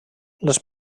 les